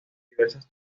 diversas